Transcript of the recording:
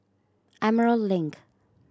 Emerald Link